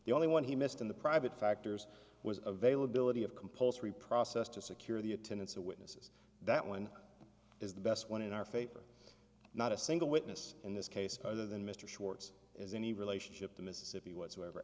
the only one he missed in the private factors was availability of compulsory process to secure the attendance of witnesses that one is the best one in our favor not a single witness in this case other than mr schwarz as any relationship to mississippi whatsoever